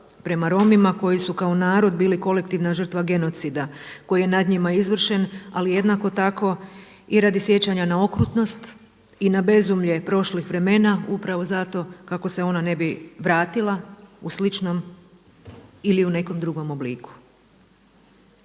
prema Romima koji su kao narod bili kolektivna žrtva genocida koji je nad njima izvršen, ali jednako tako i radi sjećanja na okrutnost i na bezumlje prošlih vremena upravo zato kako se ona ne bi vratila u sličnom ili u nekom drugom obliku.